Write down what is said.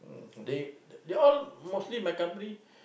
mm they they all mostly my company